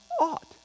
ought